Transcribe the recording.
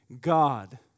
God